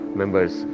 members